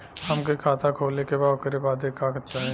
हमके खाता खोले के बा ओकरे बादे का चाही?